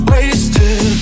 Wasted